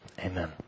amen